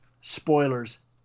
spoilers